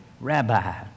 rabbi